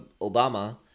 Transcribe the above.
Obama